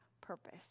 purpose